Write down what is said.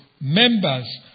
members